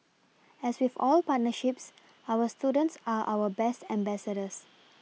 as with all partnerships our students are our best ambassadors